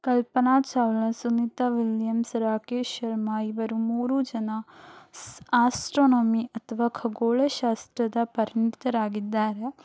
ಕಲ್ಪನಾ Chawla Sunita Williams Rakesh Sharma ಇವರು ಮೂರೂ ಜನ ಸ್ ಆಸ್ಟ್ರೊನೋಮಿ ಅಥವಾ ಖಗೋಳ ಶಾಸ್ತ್ರದ ಪರಿಣಿತರಾಗಿದ್ದಾರೆ